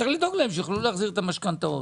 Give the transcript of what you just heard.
כדי שיוכלו להחזיר את המשכנתאות.